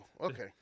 okay